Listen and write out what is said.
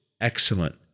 excellent